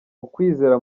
ukwizera